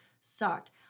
sucked